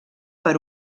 per